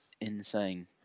insane